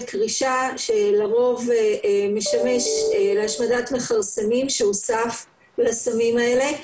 קרישה שלרוב משמש להשמדת מכרסמים שהוסף לסמים האלה.